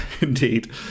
indeed